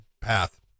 path